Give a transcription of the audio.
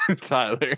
Tyler